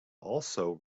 also